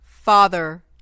Father